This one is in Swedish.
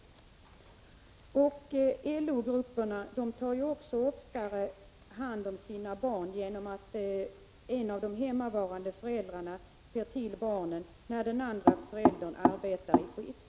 LO-grupperna kan också ofta turas om att ta hand om sina barn genom att en förälder ser till barnet när den andra arbetar i skift.